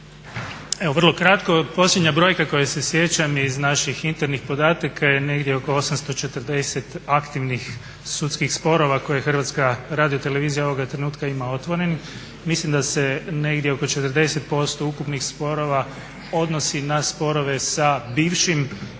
Evo vrlo kratko. Posljednja brojka koje se sjećam iz naših internih podataka je negdje oko 840 aktivnih sudskih sporova koje Hrvatska radiotelevizija ovoga trenutka ima otvorenim. Mislim da se negdje oko 40% ukupnih sporova odnosi na sporove sa bivšim ili